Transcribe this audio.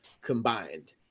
combined